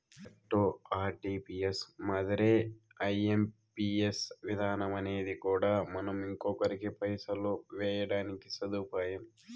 NEFT, RTGS మాదిరే IMPS విధానమనేది కూడా మనం ఇంకొకరికి పైసలు వేయడానికి సదుపాయం